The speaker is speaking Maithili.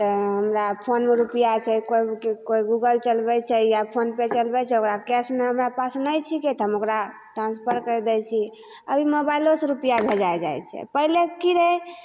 तऽ हमरा फोनमे रुपिआ छै कोइ ने कोइ गुगल चलबय छै या फोन पे चलबय छै ओकरा कैशमे हमरा पास नहि छिकै तऽ हम ओकरा ट्रांस्फर करि दै छी अभी मोबाइलोसँ रुपैआ भेजा जाइ छै पहिले की रहय